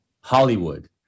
Hollywood